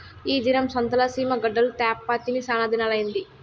ఈ దినం సంతల సీమ గడ్డలు తేప్పా తిని సానాదినాలైనాది